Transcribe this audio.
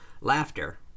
Laughter